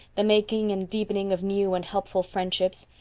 the making and deepening of new and helpful friendships,